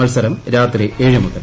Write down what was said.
മത്സരം രാത്രി ഏഴ് മുതൽ